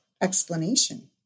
Explanation